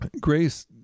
grace